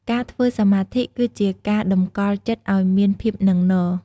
ការធ្វើសមាធិ គឺជាការតម្កល់ចិត្តឲ្យមានភាពនឹងនរ។